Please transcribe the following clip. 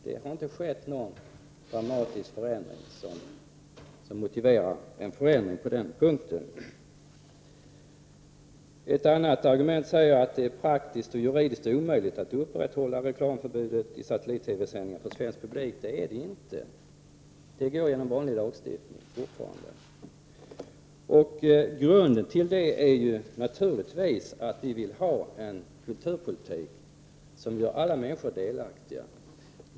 Det har inte skett någon dramatisk förändring i det avseendet som motiverar en ändring av inställningen till reklam-TV. Ett annat argument är att det är praktiskt och juridiskt omöjligt att upprätthålla reklamförbudet i satellitsändningar till svensk publik. Det är det inte. Det går att åstadkomma genom vanlig lagstiftning. Grunden för vår inställning är naturligtvis att vi vill ha en kulturpolitik som gör alla människor delaktiga.